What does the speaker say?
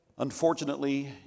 Unfortunately